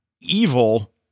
evil